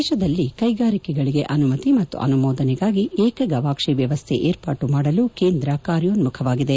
ದೇಶದಲ್ಲಿ ಕೈಗಾರಿಕೆಗಳಿಗೆ ಅನುಮತಿ ಮತ್ತು ಅನುಮೋದನೆಗಾಗಿ ಏಕ ಗವಾಕ್ಷಿ ವ್ಯವಸ್ಥೆ ಏರ್ಪಾಟು ಮಾಡಲು ಕೇಂದ್ರ ಕಾರ್ಯೋನ್ಮುಖವಾಗಿದೆ